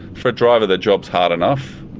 for a driver the job is hard enough,